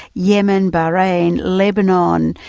yemen, bahrain, lebanon,